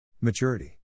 Maturity